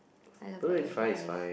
I love Bedok eighty five